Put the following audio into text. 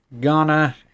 Ghana